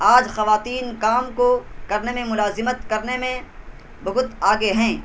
آج خواتین کام کو کرنے میں ملازمت کرنے میں بہت آگے ہیں